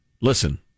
listen